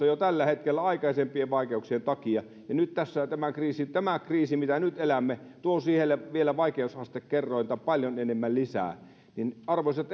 jo tällä hetkellä aikaisempien vaikeuksien takia ja nyt tässä tämä kriisi tämä kriisi mitä nyt elämme tuo siihen vielä vaikeusastekerrointa paljon enemmän lisää arvoisat